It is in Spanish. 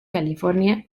california